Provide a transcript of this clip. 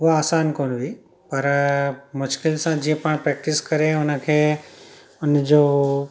उहा आसान कोन हुई पर मुश्किल सां जीअं पाण प्रैक्टिस करे हुनखे उनजो